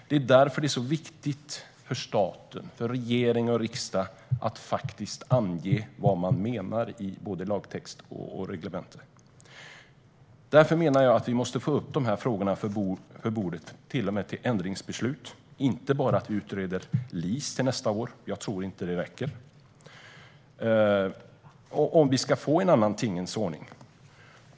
Det är därför det är så viktigt att staten - regering och riksdag - faktiskt anger vad som menas i både lagtext och reglemente. Därför menar jag att vi måste få upp dessa frågor på bordet för ett ändringsbeslut och inte bara utreda LIS till nästa år. Jag tror inte att det räcker om vi ska få en annan tingens ordning.